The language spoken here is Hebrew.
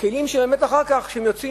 כלים שאחר כך,